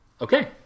Okay